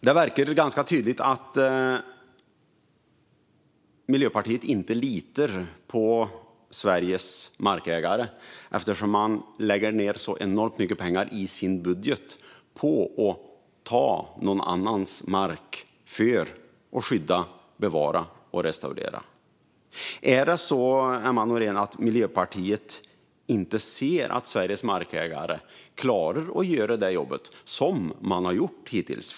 Det verkar vara ganska tydligt att Miljöpartiet inte litar på Sveriges markägare eftersom man lägger ned så enormt mycket pengar i sin budget på att ta någon annans mark för att skydda, bevara och restaurera. Är det så, Emma Nohrén, att Miljöpartiet inte ser att Sveriges markägare klarar att göra det jobb som de har gjort hittills?